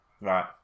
right